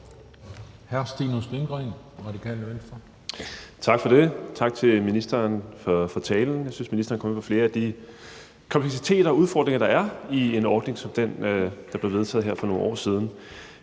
11:37 Stinus Lindgreen (RV): Tak for det. Tak til ministeren for talen. Jeg synes, at ministeren kom ind på flere af de kompleksiteter og udfordringer, der er i en ordning som den, der blev vedtaget her for nogle år siden.